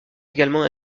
également